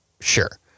sure